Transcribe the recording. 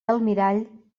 almirall